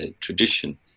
tradition